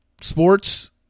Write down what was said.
sports